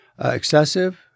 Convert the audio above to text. excessive